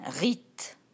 Rite